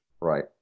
Right